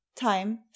time